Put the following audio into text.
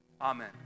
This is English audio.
Amen